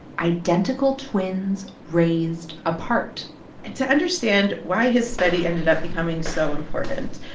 identical twins raised apart and to understand why his study ended up becoming so important,